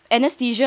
anesthesia